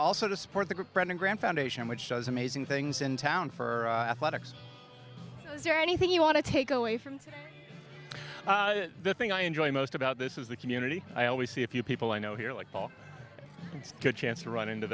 also to support the group brandon graham foundation which shows amazing things in town for athletics is there anything you want to take away from the thing i enjoy most about this is the community i always see a few people i know here like ball and good chance to run into